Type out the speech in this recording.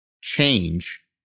change